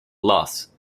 loss